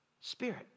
Spirit